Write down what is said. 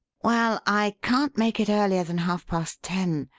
well, i can't make it earlier than half-past ten.